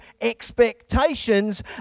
expectations